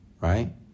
right